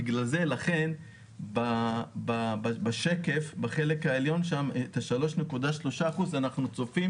לכן בשקף בחלק העליון את ה-3.3% אנחנו צופים